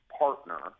partner